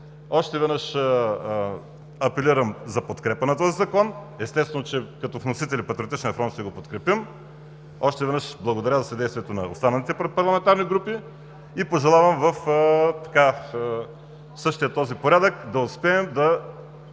Още веднъж апелирам за подкрепа на този Закон. Естествено, като вносители Патриотичният фронт ще го подкрепим. Още веднъж благодаря за съдействието на останалите парламентарни групи. Пожелавам в същия този порядък да успеем да